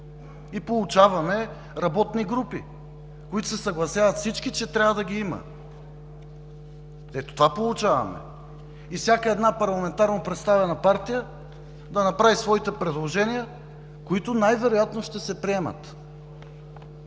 а получаваме работни групи, за които всички се съгласяват, че трябва да ги има. Ето това получаваме! Всяка една парламентарно представена партия да направи своите предложения, които най-вероятно ще се приемат?!